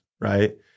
right